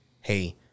Hey